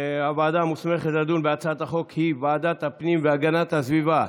הוועדה המוסכמת לדון בהצעת החוק היא ועדת הפנים והגנת הסביבה.